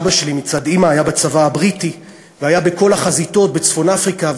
סבא שלי מצד אימא היה בצבא הבריטי והיה בכל החזיתות בצפון-אפריקה,